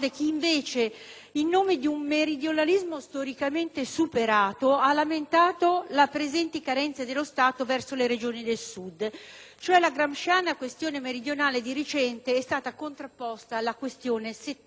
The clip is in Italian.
in nome di un meridionalismo storicamente superato, ha lamentato le presenti carenze dello Stato verso le Regioni del Sud: cioè, alla "gramsciana" questione meridionale è stata di recente contrapposta la questione settentrionale.